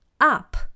up